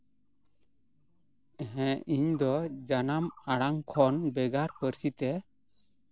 ᱦᱮᱸ ᱤᱧᱫᱚ ᱡᱟᱱᱟᱢ ᱟᱲᱟᱝ ᱠᱷᱚᱱ ᱵᱷᱮᱜᱟᱨ ᱯᱟᱹᱨᱥᱤᱛᱮ